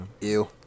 Ew